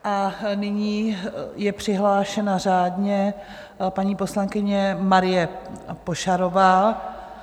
A nyní je přihlášena řádně paní poslankyně Marie Pošarová.